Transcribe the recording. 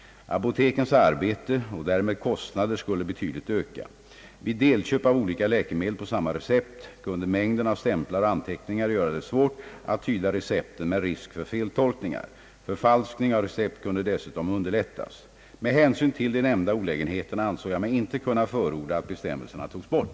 Apotekens arbete och därmed kostnader skulle betydligt öka. Vid delköp av olika läkemedel på samma recept kunde mängden av stämplar och anteckningar göra det svårt att tyda recepten med risk för feltolkningar. Förfalskning av recept kunde dessutom underlättas. Med hänsyn till de nämnda olägenheterna ansåg jag mig inte kunna förorda att bestämmelsen togs bort.